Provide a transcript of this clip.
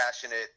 passionate